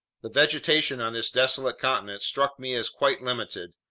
the vegetation on this desolate continent struck me as quite limited.